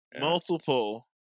Multiple